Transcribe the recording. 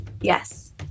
Yes